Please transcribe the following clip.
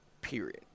Period